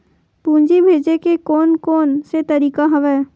पूंजी भेजे के कोन कोन से तरीका हवय?